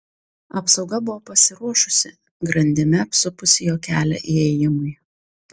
apsauga buvo pasiruošusi grandimi apsupusi jo kelią įėjimui